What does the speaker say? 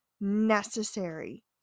necessary